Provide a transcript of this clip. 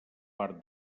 part